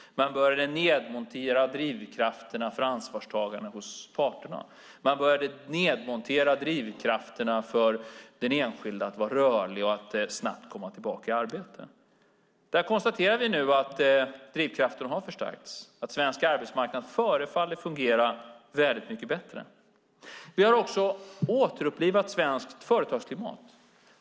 Man började nedmontera drivkrafterna för ansvarstagande hos parterna. Man började nedmontera drivkrafterna för den enskilde att vara rörlig och att snabbt komma tillbaka i arbete. Där konstaterar vi nu att drivkrafterna har förstärkts och att svensk arbetsmarknad förefaller fungera mycket bättre. Vi har också återupplivat svenskt företagsklimat.